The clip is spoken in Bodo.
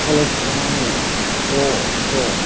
कलेज गनानै ज' ज'